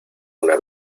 una